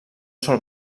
sol